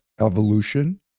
evolution